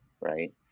right